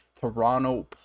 toronto